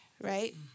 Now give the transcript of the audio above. right